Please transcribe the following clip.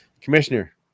commissioner